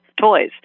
toys